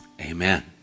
amen